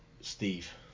Steve